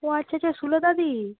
ও আচ্ছা আচ্ছা সুলতাদি